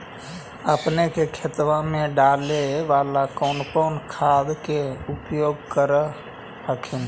अपने के खेतबा मे डाले बाला कौन कौन खाद के उपयोग कर हखिन?